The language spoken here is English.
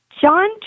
John